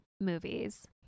movies